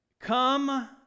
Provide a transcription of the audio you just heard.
come